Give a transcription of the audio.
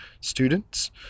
students